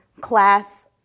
class